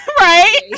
right